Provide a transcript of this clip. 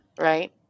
right